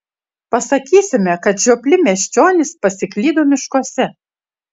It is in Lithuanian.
pasakysime kad žiopli miesčionys pasiklydo miškuose